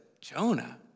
Jonah